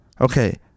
Okay